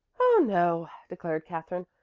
oh, no, declared katherine.